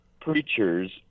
preachers